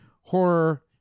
Horror